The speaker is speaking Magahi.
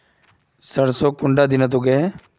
सरसों कुंडा दिनोत उगैहे?